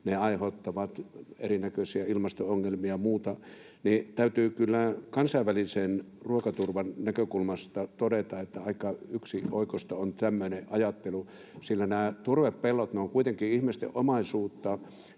ne aiheuttavat erinäköisiä ilmasto-ongelmia ja muuta — niin täytyy kyllä kansainvälisen ruokaturvan näkökulmasta todeta, että aika yksioikoista on tämmöinen ajattelu, sillä nämä turvepellot ovat kuitenkin ihmisten omaisuutta,